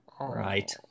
Right